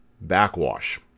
backwash